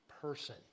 person